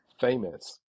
famous